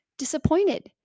disappointed